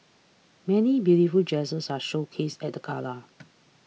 many beautiful dresses are showcased at the gala